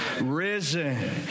risen